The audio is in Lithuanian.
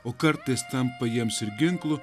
o kartais tampa jiems ir ginklu